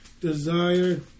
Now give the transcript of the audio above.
Desire